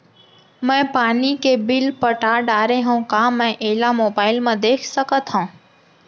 मैं पानी के बिल पटा डारे हव का मैं एला मोबाइल म देख सकथव?